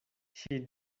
she